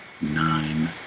nine